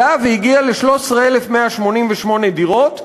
עלה והגיע ל-13,188 דירות.